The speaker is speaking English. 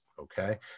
Okay